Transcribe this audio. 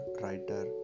writer